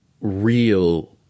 real